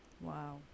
Wow